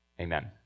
Amen